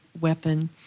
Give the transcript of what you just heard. weapon